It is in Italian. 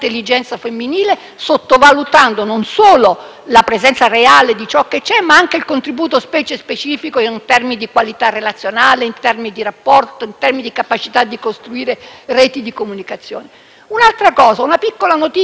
la presenza reale di ciò che c'è, ma anche il contributo specifico, in termini di qualità relazionale, di rapporto, di capacità di costruire reti di comunicazione. Infine, una piccola notizia comparsa l'altro giorno sulla prima pagina del «Corriere della sera»: